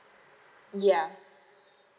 ya